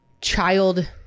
child